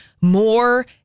more